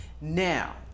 Now